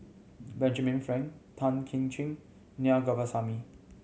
Benjamin Frank Tan Kim Ching Na Govindasamy